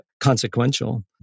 consequential